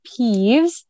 peeves